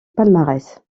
palmarès